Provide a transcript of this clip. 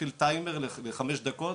להפעיל טיימר לחמש דקות,